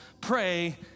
pray